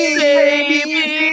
baby